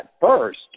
first